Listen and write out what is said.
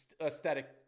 aesthetic